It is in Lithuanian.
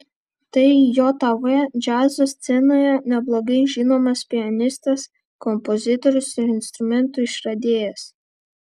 tai jav džiazo scenoje neblogai žinomas pianistas kompozitorius ir instrumentų išradėjas